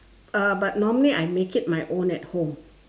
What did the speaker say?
uh but normally I make it my own at home